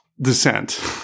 descent